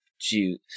juice